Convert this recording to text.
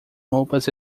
roupas